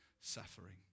suffering